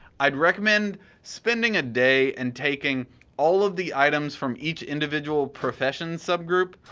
i'd recommend spending a day and taking all of the items from each individual professions subgroup,